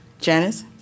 Janice